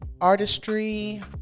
artistry